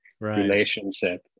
relationship